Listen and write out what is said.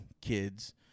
kids